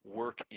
work